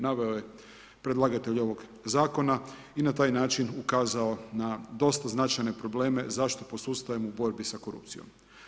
Naveo je predlagatelj ovog zakona i na taj način ukazao na dosta značajne probleme zašto posustajemo u borbi sa korupcijom.